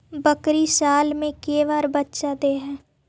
बकरी साल मे के बार बच्चा दे है?